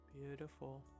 Beautiful